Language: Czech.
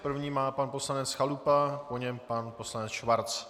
První má pan poslanec Chalupa, po něm pan poslanec Schwarz.